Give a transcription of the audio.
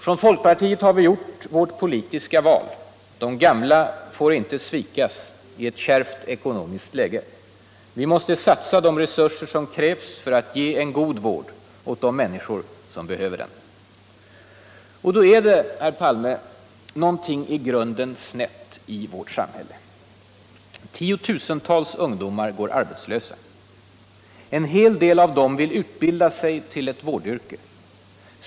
Från folkpartiet har vi gjort vårt politiska val: de gamla får inte svikas i ett kärvt ekonomiskt läge. Vi måste satsa de resurser som krävs för att ge en god vård åt de människor som behöver den. Och då är det här någonting i grunden snett i vårt samhälle. Tiotusentals ungdomar går arbetslösa. En hel av dem vill utbilda sig till ett vårdyrke.